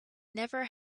never